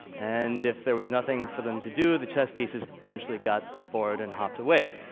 and if there was nothing for them to do, the chess pieces eventually got bored and hopped away.